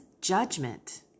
judgment